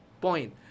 point